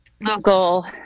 local